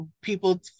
people